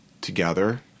together